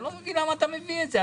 אני לא מבין למה אתה מביא את זה.